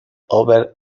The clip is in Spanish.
over